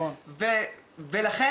נשים ורובן אימהות.